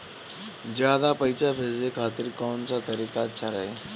ज्यादा पईसा भेजे खातिर कौन सा तरीका अच्छा रही?